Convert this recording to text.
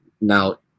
now